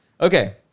Okay